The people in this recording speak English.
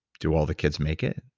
do all the kids make it?